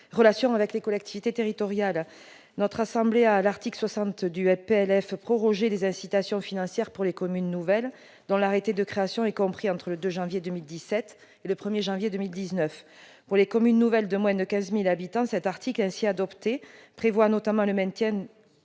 Relations avec les collectivités territoriales ». Notre assemblée, à l'article 60 du projet de loi de finances, a prorogé les incitations financières pour les communes nouvelles dont l'arrêté de création est compris entre le 2 janvier 2017 et le 1 janvier 2019. Pour les communes nouvelles de moins de 15 000 habitants, cet article prévoit notamment le maintien